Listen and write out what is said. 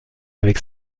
avec